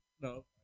No